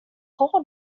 har